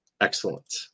Excellent